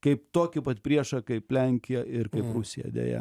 kaip tokį pat priešą kaip lenkiją ir kaip rusiją deja